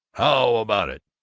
how about it?